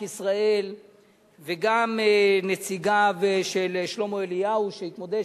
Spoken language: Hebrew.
ישראל וגם נציגיו של שלמה אליהו שהתמודד,